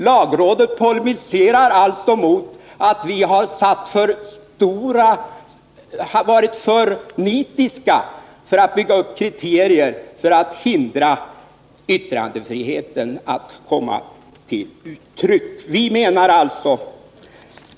Lagrådet polemiserar alltså mot att vi har varit för nitiska när det gällt att bygga upp kriterier för att hindra att yttrandefriheten i denna del beskärs.